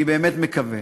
אני באמת מקווה,